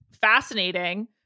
fascinating